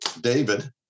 David